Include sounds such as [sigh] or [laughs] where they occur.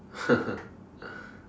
[laughs]